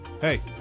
Hey